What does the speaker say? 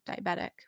diabetic